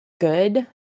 good